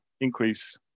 increase